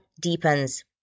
deepens